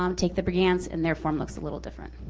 um take the brigance, and their form looks a little different.